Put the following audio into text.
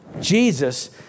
Jesus